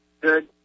Good